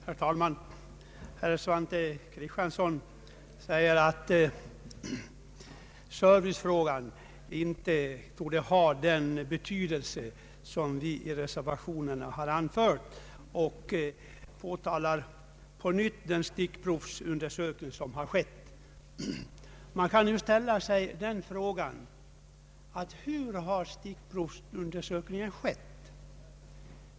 Herr talman! Herr Svante Kristiansson säger att servicefrågan inte torde ha den betydelse som vi angivit i reservationen, och han hänvisar på nytt till den stickprovsundersökning som skett. Man kan då fråga sig: Hur har stickprovsundersökningen skett?